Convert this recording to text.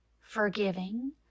forgiving